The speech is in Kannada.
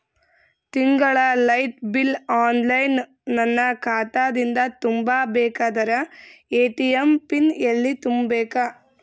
ತಿಂಗಳ ಲೈಟ ಬಿಲ್ ಆನ್ಲೈನ್ ನನ್ನ ಖಾತಾ ದಿಂದ ತುಂಬಾ ಬೇಕಾದರ ಎ.ಟಿ.ಎಂ ಪಿನ್ ಎಲ್ಲಿ ತುಂಬೇಕ?